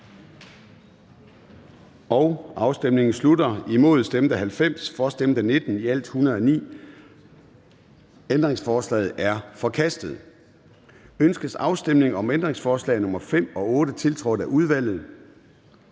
hverken for eller imod stemte 0. Ændringsforslaget er forkastet. Ønskes afstemning om ændringsforslag nr. 5 og 8, tiltrådt af udvalget?